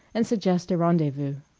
and suggest a rendezvous.